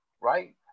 right